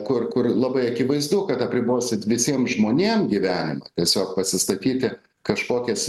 kur kur labai akivaizdu kad apribosit visiem žmonėm gyvent tiesiog pasistatyti kažkokią